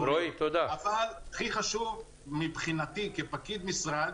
אבל הכי חשוב מבחינתי כפקיד משרד